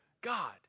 God